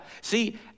see